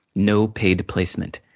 no paid placement,